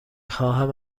خواهم